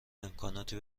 امکاناتی